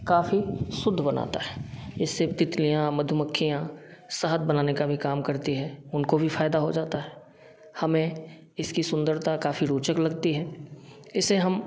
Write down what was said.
काफ़ी शुद्ध बनाता है इससे तितलियाँ मधुमक्खियाँ शहद बनाने का भी काम करती हैं उनको भी फायदा हो जाता है हमें इसकी सुंदरता काफ़ी रोचक लगती है इसे हम